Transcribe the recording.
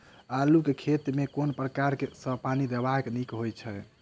आलु केँ खेत मे केँ प्रकार सँ पानि देबाक नीक होइ छै?